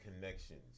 connections